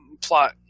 plot